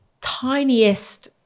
tiniest